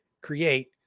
create